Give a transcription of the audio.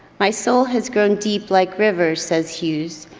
my soul has grown deep like river, says hughes,